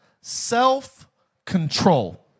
self-control